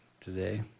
today